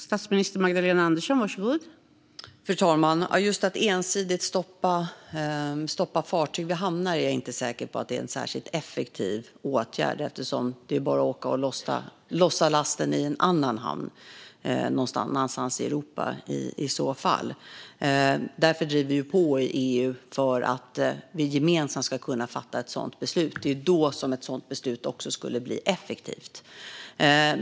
Fru talman! Jag är inte säker på att detta att ensidigt stoppa fartyg i hamnar är en särskilt effektiv åtgärd. Det är ju bara för fartyget att åka och lossa lasten i en annan hamn någon annanstans i Europa i så fall. Därför driver vi på i EU för att vi gemensamt ska kunna fatta ett sådant beslut. Det är då som ett sådant beslut också skulle bli effektivt.